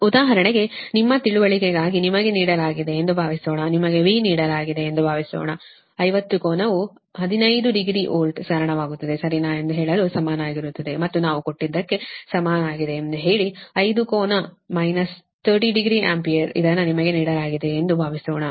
ಉದಾಹರಣೆಗೆ ನಿಮ್ಮ ತಿಳುವಳಿಕೆಗಾಗಿ ನಿಮಗೆ ನೀಡಲಾಗಿದೆ ಎಂದು ಭಾವಿಸೋಣ ನಿಮಗೆ V ನೀಡಲಾಗಿದೆ ಎಂದು ಭಾವಿಸೋಣ 50 ಕೋನವು 15 ಡಿಗ್ರಿ ವೋಲ್ಟ್ ಕಾರಣವಾಗುತ್ತದೆ ಸರಿನಾ ಎಂದು ಹೇಳಲು ಸಮನಾಗಿರುತ್ತದೆ ಮತ್ತು ನಾವು ಕೊಟ್ಟಿದ್ದಕ್ಕೆ ಸಮನಾಗಿದೆ ಎಂದು ಹೇಳಿ 5 ಕೋನ ಮೈನಸ್ 30 ಡಿಗ್ರಿ ಆಂಪಿಯರ್ ಇದನ್ನು ನಿಮಗೆ ನೀಡಲಾಗಿದೆ ಎಂದು ಭಾವಿಸೋಣ